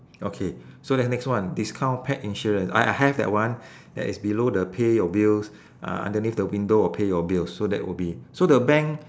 okay so then next one discount pet insurance I I have that one that is below the pay your bills uh underneath the window of pay your bills so that will be so the bank